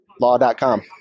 law.com